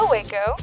Waco